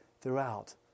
throughout